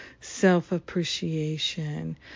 self-appreciation